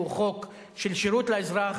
שהוא חוק של שירות לאזרח,